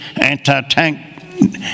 anti-tank